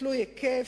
תלוי היקף?